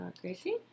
Gracie